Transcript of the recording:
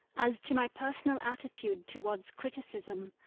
as to my personal attitude towards criticism,